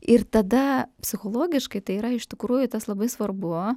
ir tada psichologiškai tai yra iš tikrųjų tas labai svarbu